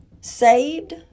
saved